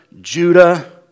Judah